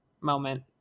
moment